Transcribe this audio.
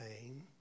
pain